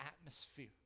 atmosphere